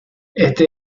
este